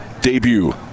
debut